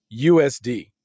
USD